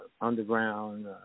underground